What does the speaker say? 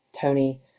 Tony